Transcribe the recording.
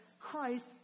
Christ